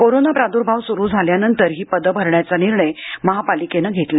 corona प्रादुर्भाव सुरू झाल्यानंतर ही पदं भरण्याचा निर्णय महापालिकेने घेतला